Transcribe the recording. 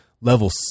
level